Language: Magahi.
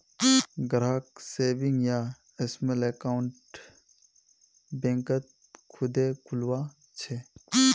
ग्राहक सेविंग या स्माल अकाउंट बैंकत खुदे खुलवा छे